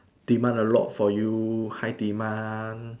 demand a lot for you high demand